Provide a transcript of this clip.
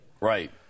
Right